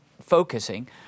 focusing